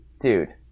dude